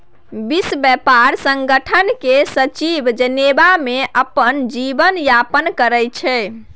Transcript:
विश्व ब्यापार संगठन केर सचिव जेनेबा मे अपन जीबन यापन करै छै